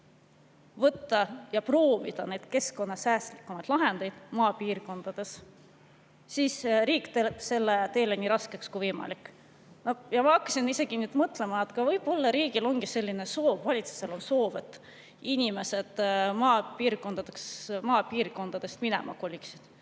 soov proovida keskkonnasäästlikumaid lahendusi maapiirkondades, siis riik teeb selle nii raskeks kui võimalik. Ma hakkasin isegi mõtlema, et võib-olla riigil ongi soov, valitsusel on soov, et inimesed maapiirkondadest minema koliksid.